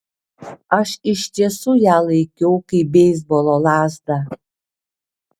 aš iš tiesų ją laikiau kaip beisbolo lazdą